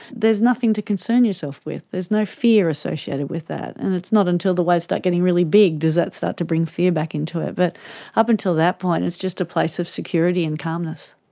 there's nothing to concern yourself with, there's no fear associated with that. and it's not until the waves start getting really big does that start to bring fear back into it. but up until that point it's just a place of security and calmness.